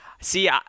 see